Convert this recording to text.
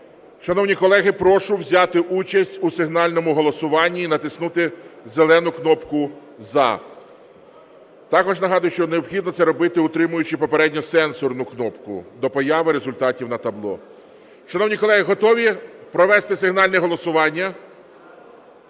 Шановні колеги, прошу взяти участь у сигнальному голосуванні і натиснути зелену кнопку "За". Також нагадую, що необхідно це робити, утримуючи попередньо сенсорну кнопку до появи результатів на табло. Шановні колеги, готові провести сигнальне голосування?